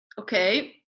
okay